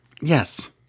Yes